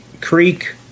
creek